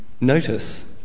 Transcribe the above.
Notice